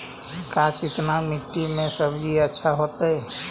का चिकना मट्टी में सब्जी अच्छा होतै?